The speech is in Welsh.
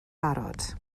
barod